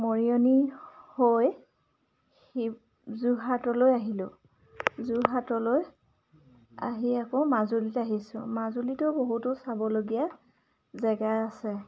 মৰিয়নি হৈ শিৱ যোৰহাটলৈ আহিলোঁ যোৰহাটলৈ আহি আকৌ মাজুলীত আহিছোঁ মাজুলীতো বহুতো চাবলগীয়া জেগা আছে